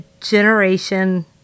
generation